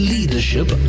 Leadership